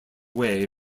way